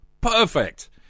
perfect